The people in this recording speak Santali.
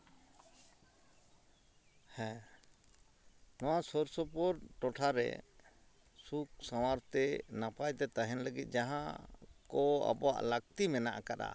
ᱦᱮᱸ ᱱᱚᱣᱟ ᱥᱩᱨᱼᱥᱩᱯᱩᱨ ᱴᱚᱴᱷᱟ ᱨᱮ ᱥᱩᱠ ᱥᱟᱶᱟᱨ ᱛᱮ ᱱᱟᱯᱟᱭ ᱛᱮ ᱛᱟᱦᱮᱱ ᱞᱟᱹᱜᱤᱫ ᱡᱟᱦᱟᱸ ᱠᱚ ᱟᱵᱚᱣᱟᱜ ᱞᱟᱹᱠᱛᱤ ᱢᱮᱱᱟᱜ ᱟᱠᱟᱫᱼᱟ